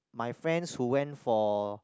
my friends who went for